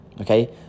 okay